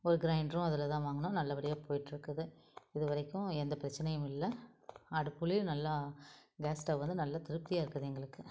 ஒரு கிரைண்டரும் அதில் தான் வாங்கினோம் நல்லபடியாக போயிகிட்ருக்குது இது வரைக்கும் எந்த பிரச்சனையும் இல்லை அடுப்பிலையும் நல்லா கேஸ் ஸ்டவ் வந்து நல்லா திருப்தியாக இருக்குது எங்களுக்கு